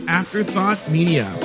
afterthoughtmedia